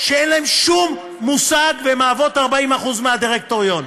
שאין להן שום מושג, והן מהוות 40% מהדירקטוריון.